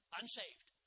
unsaved